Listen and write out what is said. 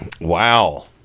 wow